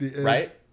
right